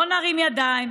לא נרים ידיים,